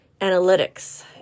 analytics